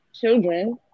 Children